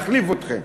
נחליף אתכם.